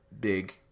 big